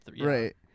right